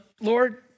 Lord